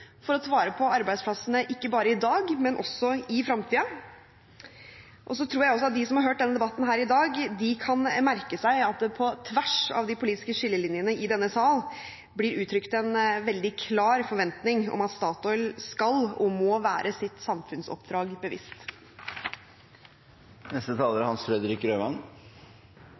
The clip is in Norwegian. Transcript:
for å ta vare på arbeidsplassene ikke bare i dag, men også i fremtiden. Så tror jeg også at de som har hørt debatten her i dag, kan merke seg at det på tvers av de politiske skillelinjene i denne sal blir uttrykt en veldig klar forventning om at Statoil skal og må være seg sitt samfunnsoppdrag